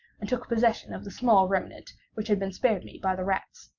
and took possession of the small remnant which had been spared me by the rats.